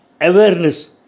awareness